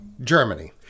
germany